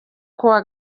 kuwa